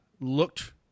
Looked